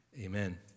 Amen